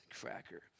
cracker